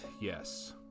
yes